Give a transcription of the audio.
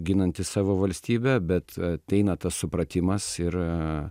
ginantys savo valstybę bet ateina tas supratimas ir a